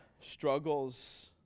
struggles